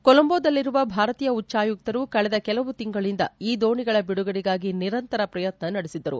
ಕೊಲೊಂಬೋದಲ್ಲಿರುವ ಭಾರತೀಯ ಉಚ್ಚಾಯುಕ್ತರು ಕಳೆದ ಕೆಲವು ತಿಂಗಳಿಂದ ಈ ದೋಣಿಗಳ ಬಿಡುಗಡೆಗಾಗಿ ನಿರಂತರ ಪ್ರಯತ್ನ ನಡೆಸಿದ್ದರು